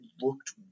looked